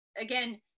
again